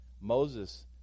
Moses